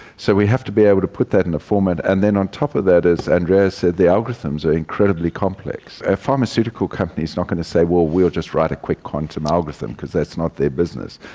so we have to be able to put that in a format, and then on top of that, as andrea said, the algorithms are incredibly complex. a pharmaceutical company is not going to say, well, we will just write a quick quantum algorithm, because that's not their business.